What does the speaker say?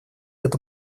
эту